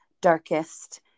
darkest